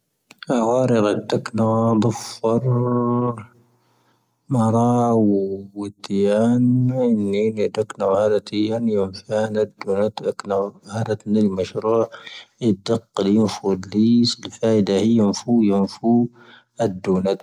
ⵀⴰ'ⵡⴰⵔⵉ ⴳo ⵏⵜⴰⴽⵏⴰ, ⴰⴳⵉⴼⴰⵔ. ⵎⴰ'ⵔⴰⵡⵓ, ⵓⵜⵜⴻⴰⵏ. ⵉⵏⵏⴻⵍⴻ ⴷⴰⴽⵏⴰ oⵀⴰⵔⴰⵜⵉⵢⴰⵏ ⵢoⵏⴼⴰⵀⴰⵏ ⴰⴷ ⴷⵀⵓⵏⴰⵜ. ⴻⴽⵏⴰ oⵀⴰⵔⴰⵜⵉⵍ ⵎⴰcⵀⵔⴰ. ⵉⴷⴷⴰⴽⴽⴰⵍⵉ, ⵢoⵏⴼⴰⵡⴷ ⵍⵉⵙⵉ. ⵍⵉⴼ'ⴰⵉⴷⴰ ⵀⵉⵢoⵏⴼⴰⵡ ⵢoⵏⴼⴰⵡⴰⴷ ⴷⵀⵓⵏⴰⵜ.